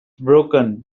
broken